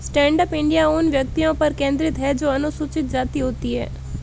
stand up India उन व्यक्तियों पर केंद्रित है जो अनुसूचित जाति होती है